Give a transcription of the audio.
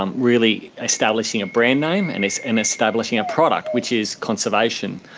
um really establishing a brand name and it's an establishing a product which is conservation.